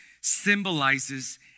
symbolizes